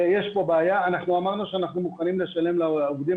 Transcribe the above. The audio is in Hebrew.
אנחנו אמרנו שאנחנו מוכנים לשלם לעובדים